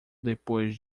depois